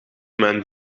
mijn